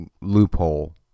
loophole